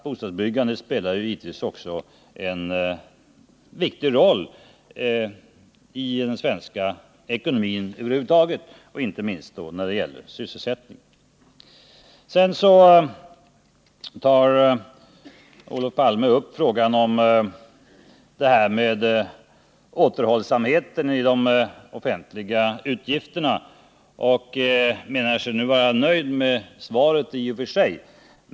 Bostadsbyggandet spelar givetvis en viktig roll i den svenska ekonomin över huvud taget, inte minst när det gäller sysselsättningen. Sedan tog Olof Palme upp frågan om återhållsamheten i de offentliga utgifterna och menade sig nu vara nöjd med svaret i och för sig.